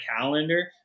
calendar